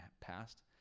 past